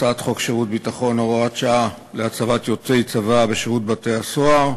הצעת חוק שירות ביטחון (הוראת שעה) (הצבת יוצאי צבא בשירות בתי-הסוהר)